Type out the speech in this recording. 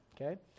okay